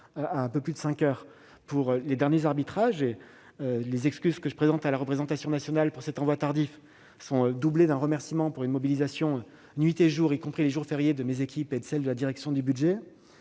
à un peu plus de cinq heures du matin, après que les derniers arbitrages ont été rendus. Les excuses que je présente à la représentation nationale pour cet envoi tardif se doublent de mes remerciements pour la mobilisation, nuit et jour, y compris les jours fériés, de mes équipes et de celles de la direction du budget.